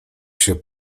się